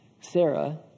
Sarah